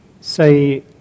say